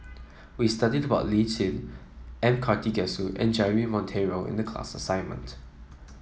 we studied about Lee Tjin M Karthigesu and Jeremy Monteiro in the class assignment